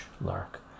lark